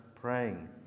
praying